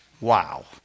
Wow